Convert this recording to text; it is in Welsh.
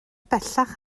bellach